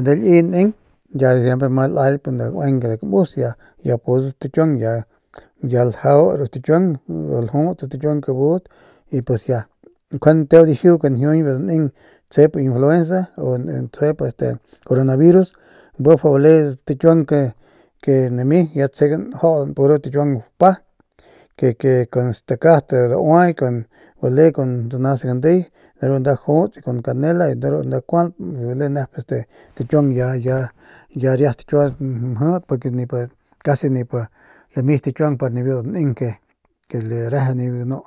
nda liy neng ya siempre ama lailp nda gaueng de kamus ya ya stagu stakiuang ya ljau ru stakiuang ya ljut ru stakiuang ke budat y pues ya ru njuande nteu dijiu kue njiujuñ nda daneng que tajep biu influenza u tsjep este corona virus bi mas mjau bale stakiuang que nami ya tsjegan njuaunan puro stakiuang bapa ke ke kun stakat daua y kun bale kun danas gandiy de ru nda juts y kun canela de ru nda kualp y bale nep este stakiuang ya riat kiua mjit porque ya casi nip lami stakiuang nibiu daneng que reje nibiu ganu.